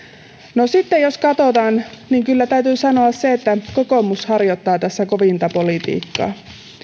no sitten jos katsotaan niin kyllä täytyy sanoa se että kokoomus harjoittaa tässä kovinta politiikkaa